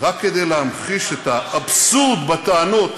רק כדי להמחיש את האבסורד בטענות